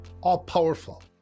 all-powerful